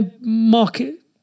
market